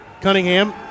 Cunningham